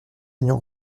aignan